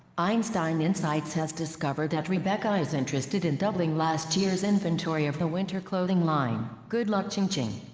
einstein insights has discovered that rebecca is interested in doubling last year's inventory of the winter clothing line. good luck, qingqing.